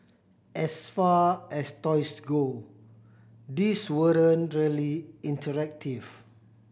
as far as toys go these weren't really interactive